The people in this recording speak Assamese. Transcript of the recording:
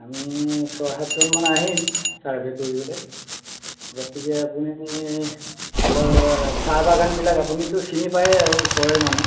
আমি ছয় সাতজনমান আহিম ছাৰ্ভে কৰিবলৈ গতিকে আপুনি অলপ চাহ বাগানবিলাক আপুনিটো চিনি পায়েই আৰু ওচৰৰে মানুহ